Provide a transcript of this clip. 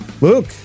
Luke